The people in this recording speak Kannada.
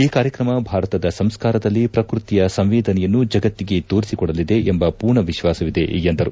ಈ ಕಾರ್ಯಕ್ರಮ ಭಾರತದ ಸಂಸ್ಕಾರದಲ್ಲಿ ಪ್ರಕೃತಿಯ ಸಂವೇದನೆಯನ್ನು ಜಗತ್ತಿಗೆ ತೋರಿಸಿಕೊಡಲಿದೆ ಎಂಬ ಪೂರ್ಣ ವಿಶ್ವಾಸವಿದೆ ಎಂದರು